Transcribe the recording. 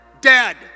dead